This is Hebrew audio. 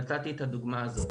נתתי את הדוגמא הזאת,